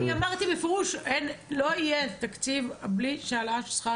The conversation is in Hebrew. אמרתי בפירוש שלא יהיה תקציב בלי העלאת שכר